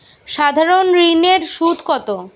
সাধারণ ঋণের সুদ কত?